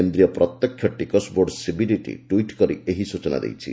କେନ୍ଦ୍ରୀୟ ପ୍ରତ୍ୟକ୍ଷ ଟିକସ ବୋର୍ଡ ସିବିଡିଟି ଟ୍ଟିଟ୍ କରି ଏହି ସ୍ବଚନା ଦେଇଛି